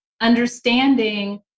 understanding